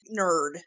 nerd